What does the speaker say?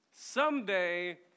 Someday